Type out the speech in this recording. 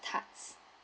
tarts